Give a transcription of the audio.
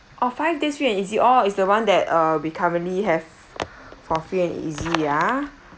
orh five days free and easy orh is the one that uh we currently have for free and easy ah